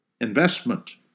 investment